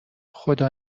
خدا